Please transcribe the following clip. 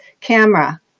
camera